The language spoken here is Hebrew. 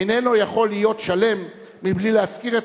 איננו יכול להיות שלם בלי להזכיר את